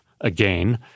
Again